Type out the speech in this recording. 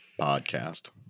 Podcast